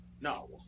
no